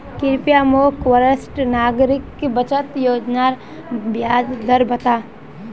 कृप्या मोक वरिष्ठ नागरिक बचत योज्नार ब्याज दर बता